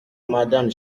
madame